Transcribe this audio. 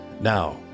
Now